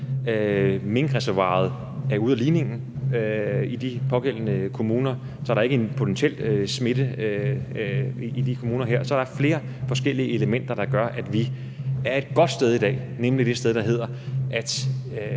Minkreservoiret er ude af ligningen i de pågældende kommuner, så der er ikke en potentiel smitte i de her kommuner. Så der er flere forskellige elementer, der gør, at vi er et godt sted i dag, nemlig det sted, der handler om, at